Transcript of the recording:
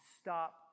stop